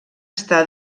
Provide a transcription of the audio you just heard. està